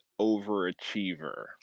overachiever